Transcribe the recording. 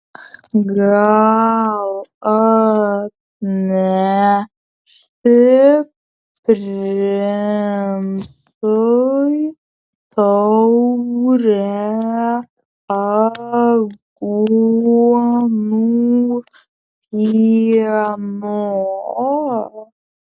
gal atnešti princui taurę aguonų pieno